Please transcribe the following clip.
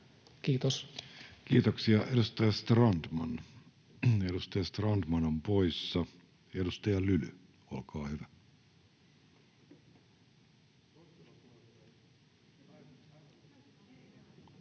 Content: Kiitoksia. — Edustaja Strandman on poissa. — Edustaja Lyly, olkaa hyvä. [Speech